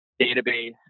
database